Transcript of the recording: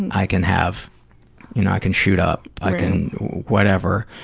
and i can have you know i can shoot up. i can whatever.